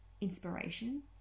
inspiration